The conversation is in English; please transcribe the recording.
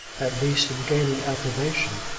at least in gaining approbation.